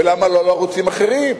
למה לא לערוצים אחרים?